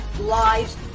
lives